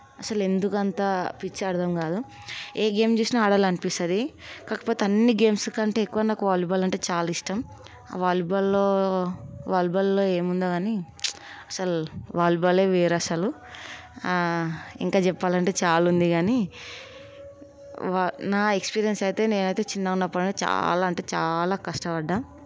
అసలు ఎందుకు అంత పిచ్చో అర్థం కాదు ఏ గేమ్ చూసినా ఆడాలి అనిపిస్తుంది కాకపోతే అన్ని గేమ్స్కంటే ఎక్కువ నాకు వాలీబాల్ అంటే చాలా ఇష్టం ఆ వాలీబాల్లో వాలీబాల్లో ఏమి ఉందో కానీ అసలు వాలీబాల్ వేరు అసలు ఇంకా చెప్పాలంటే చాలా ఉంది కానీ వా నా ఎక్స్పీరియన్స్ అయితే నేనైతే చిన్నగా ఉన్నప్పుడు నుంచి అయితే చాలా అంటే చాలా కష్టపడ్డాను